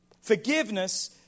Forgiveness